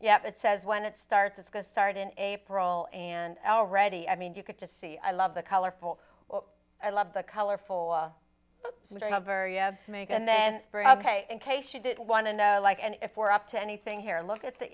yep it says when it starts it's going to start in april and already i mean you could just see i love the colorful i love the colorful make and then in case you didn't want to know like and if we're up to anything here look at the